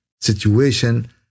situation